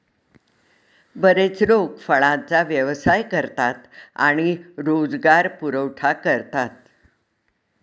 बरेच लोक फळांचा व्यवसाय करतात आणि रोजगार पुरवठा करतात